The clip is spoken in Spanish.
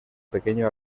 pequeño